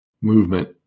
movement